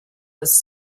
was